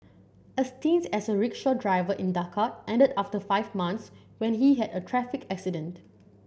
a stint as a rickshaw driver in Dhaka ended after five months when he had a traffic accident